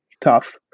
tough